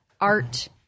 art